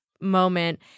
moment